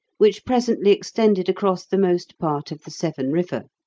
which presently extended across the most part of the severn river.